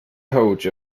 coach